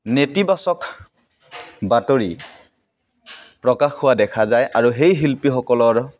নেতিবাচক বাতৰি প্ৰকাশ হোৱা দেখা যায় আৰু সেই শিল্পীসকলৰ